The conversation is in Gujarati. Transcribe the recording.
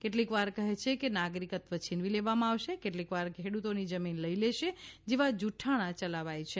કેટલીકવાર કહે છે કે નાગરિકત્વ છીનવી લેવામાં આવશે કેટલીકવાર ખેડૂતોની જમીન લઈ લેશે જેવાં જૂક્રાણા ચલાવે છે